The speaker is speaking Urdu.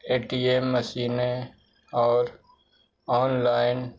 اے ٹی ایم مشینیں اور آن لائن